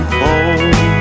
home